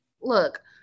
Look